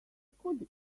could